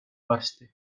varsti